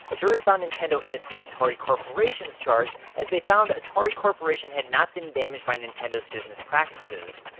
a jury found nintendo innocent of atari corporation's charge, as they found atari corp. had not been damaged by nintendo's business practices.